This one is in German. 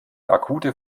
akute